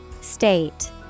State